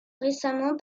récemment